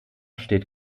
steht